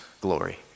glory